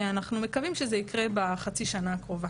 אנחנו מקווים שזה יקרה בחצי השנה הקרובה.